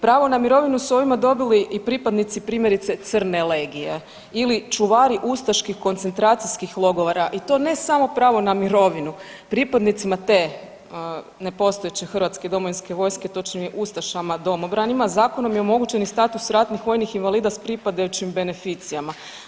Pravo na mirovinu su ovime dobili i pripadnici primjerice crne legije ili čuvari ustaških koncentracijskih logora i to ne samo pravo na mirovinu, pripadnicima te nepostojeće hrvatske domovinske vojske, točnije ustašama domobranima zakon je omogućen i status ratnih vojnih invalida s pripadajućim beneficijama.